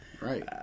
Right